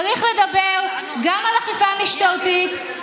צריך לדבר גם על אכיפה משטרתית,